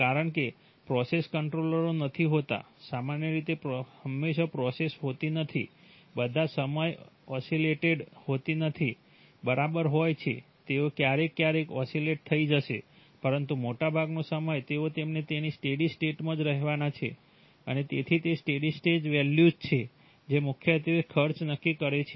કારણ કે પ્રોસેસ કંટ્રોલો નથી હોતા સામાન્ય રીતે હંમેશાં પ્રોસેસ હોતી નથી બધા સમય ઓસિલેટેડ હોતી નથી બરાબર હોય છે તેઓ ક્યારેક ક્યારેક ઓસિલેટેડ થઈ જશે પરંતુ મોટાભાગનો સમય તેઓ તમને તેમની સ્ટેડી સ્ટેટ્માં જ રહેવાના છે અને તેથી તે સ્ટેડી સ્ટેટ વેલ્યુઝ છે જે મુખ્યત્વે ખર્ચ નક્કી કરે છે